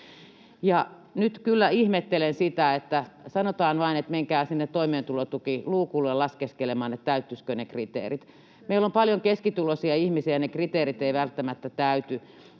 Nyt kyllä ihmettelen sitä, että sanotaan vain, että menkää sinne toimeentulotukiluukulle laskeskelemaan, täyttyisivätkö ne kriteerit. Meillä on paljon keskituloisia ihmisiä, ja ne kriteerit eivät välttämättä täyty.